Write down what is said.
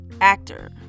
actor